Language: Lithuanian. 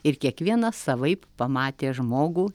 ir kiekvienas savaip pamatė žmogų